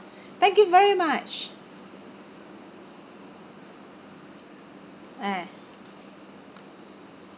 thank you very much eh